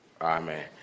Amen